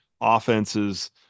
offenses